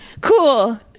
Cool